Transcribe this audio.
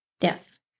Yes